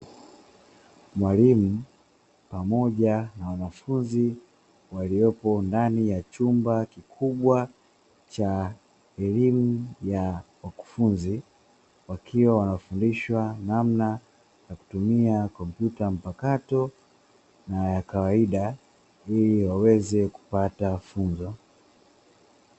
Mwalimu pamoja wanafunzi waliopo ndani ya chumba kikubwa cha elimu ya wakufunzi, wakiwa wanafundishwa namna ya kutumia kompyuta mpakato na ya kawaida ili waweze kupata funzo.